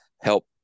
help